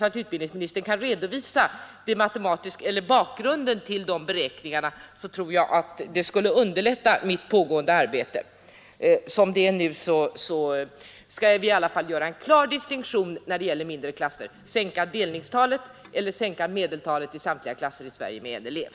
Kan utbildningsministern redovisa bakgrunden till de beräkningarna, tror jag att det skulle underlätta mitt pågående arbete. Vi skall alltså göra en klar distinktion mellan att sänka delningstalet och att sänka medeltalet i samtliga klasser i Sverige med en elev.